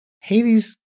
Hades